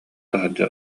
таһырдьа